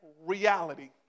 reality